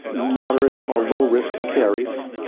moderate or low risk for caries.